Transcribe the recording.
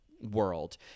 world